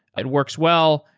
it works well.